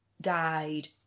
died